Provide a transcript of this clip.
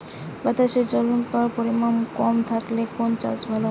বাতাসে জলীয়বাষ্পের পরিমাণ কম থাকলে কোন চাষ ভালো হয়?